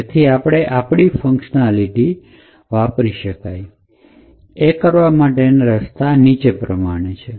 જેથી આપણી આ ફંકશનાલિટી વાપરી શકાય એ કરવા માટેનો રસ્તો નીચે પ્રમાણે છે